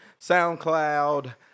SoundCloud